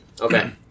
Okay